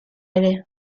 ere